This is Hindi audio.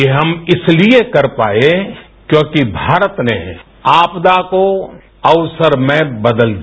यह हम इसलिये कर पाये क्यॉकि भारत ने आपदा को अवसर में बदल दिया